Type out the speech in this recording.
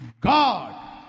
God